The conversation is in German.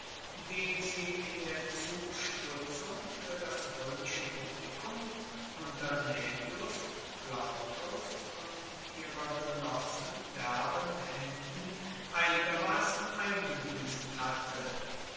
den sie in der zustutzung für das römische publikum unter naevius plautus und ihrer genossen derben händen einigermaßen eingebüßt hatte